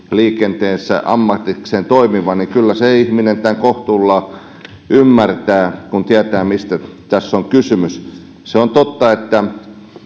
liikenteessä ammatikseen toimivaa niin kyllä se ihminen tämän kohtuudella ymmärtää kun tietää mistä tässä on kysymys se on totta että